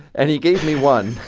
and he gave me one.